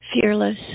fearless